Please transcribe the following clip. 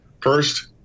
First